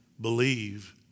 Believe